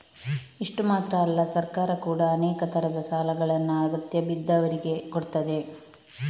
ಇಷ್ಟು ಮಾತ್ರ ಅಲ್ಲ ಸರ್ಕಾರ ಕೂಡಾ ಅನೇಕ ತರದ ಸಾಲಗಳನ್ನ ಅಗತ್ಯ ಬಿದ್ದವ್ರಿಗೆ ಕೊಡ್ತದೆ